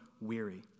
weary